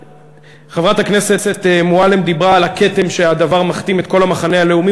חברת הכנסת מועלם דיברה על הכתם שהדבר מכתים את כל המחנה הלאומי.